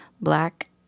Black